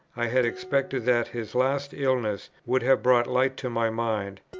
i had expected that his last illness would have brought light to my mind,